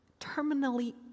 terminally